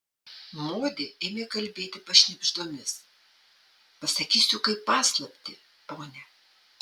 modė ėmė kalbėti pašnibždomis pasakysiu kaip paslaptį pone